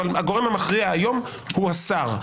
אבל הגורם המכריע היום הוא השר.